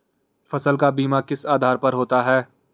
फसल का बीमा किस आधार पर होता है?